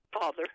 father